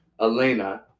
Elena